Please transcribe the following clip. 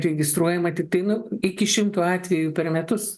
registruojama tiktai nu iki šimto atvejų per metus